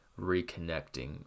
reconnecting